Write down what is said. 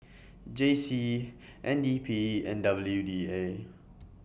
J C N D P and W D A